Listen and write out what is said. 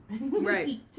right